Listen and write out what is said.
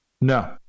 no